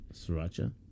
Sriracha